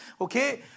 okay